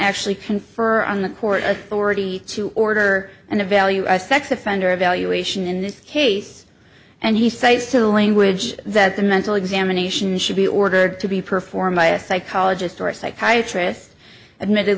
actually confer on the port authority to order and evaluate a sex offender evaluation in this case and he cites to the language that the mental examination should be ordered to be performed by a psychologist or psychiatrist admitted